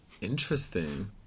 Interesting